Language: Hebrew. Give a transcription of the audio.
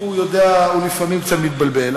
הוא יודע, הוא לפעמים קצת מתבלבל.